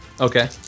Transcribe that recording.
Okay